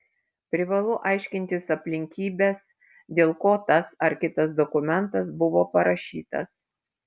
privalu aiškintis aplinkybes dėl ko tas ar kitas dokumentas buvo parašytas